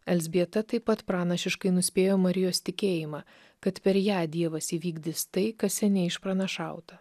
elzbieta taip pat pranašiškai nuspėjo marijos tikėjimą kad per ją dievas įvykdys tai kas seniai išpranašauta